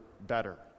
better